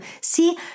See